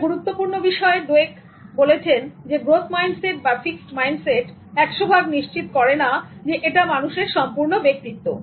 একটা গুরুত্বপূর্ণ বিষয় ডোয়েক যেটা বলেছেন গ্রোথ মাইন্ডসেট বা ফিক্সড মাইন্ডসেট 100 ভাগ নিশ্চিত করে না একটা মানুষের সম্পূর্ণ ব্যক্তিত্ব